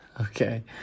Okay